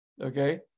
Okay